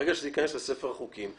ברגע שזה יכנס לספר החוקים,